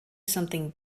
something